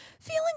Feeling